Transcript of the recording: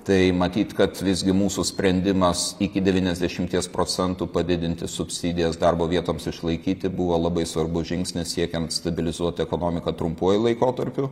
tai matyt kad visgi mūsų sprendimas iki devyniasdešimties procentų padidinti subsidijas darbo vietoms išlaikyti buvo labai svarbus žingsnis siekiant stabilizuoti ekonomiką trumpuoju laikotarpiu